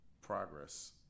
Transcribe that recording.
progress